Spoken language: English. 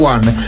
One